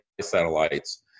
satellites